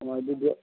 ꯑꯣ ꯑꯗꯨꯗꯤ